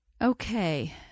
Okay